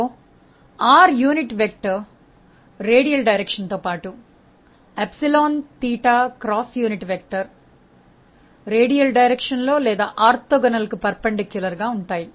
so r unit vector radial దిశలో పాటు epsilon theta cross unit vector radial దిశలో లేదా ఆర్తోగోనల్ కు లంబంగా ఉంటాయి